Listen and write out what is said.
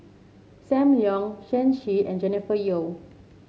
Sam Leong Shen Xi and Jennifer Yeo